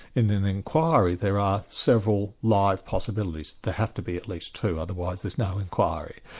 in an inquiry there are several live possibilities. there have to be at least two, otherwise there's no inquiry.